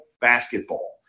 basketball